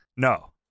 No